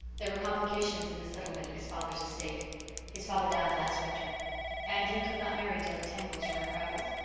there were complications in the settlement of his father's estate his father died last winter and he could not marry till the tangles were unravelled.